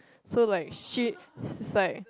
so like shit this is like